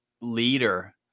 leader